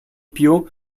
più